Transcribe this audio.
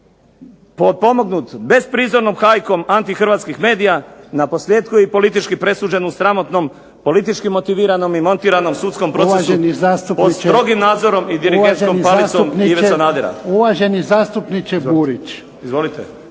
Uvaženi zastupniče Burić,